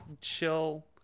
chill